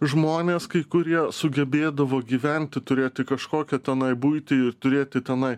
žmonės kai kurie sugebėdavo gyventi turėti kažkokią tenai buitį ir turėti tenai